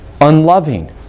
unloving